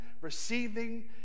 receiving